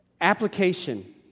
Application